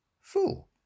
Fool